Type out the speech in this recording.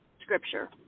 scripture